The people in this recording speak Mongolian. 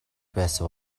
байсан